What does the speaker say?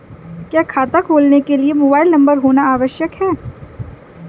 क्या खाता खोलने के लिए मोबाइल नंबर होना आवश्यक है?